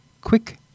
quick